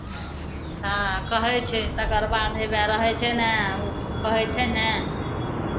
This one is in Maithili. आ कहै छै तकर बाद हउएह रहै छै ने ओ कहै छै ने